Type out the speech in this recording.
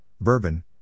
bourbon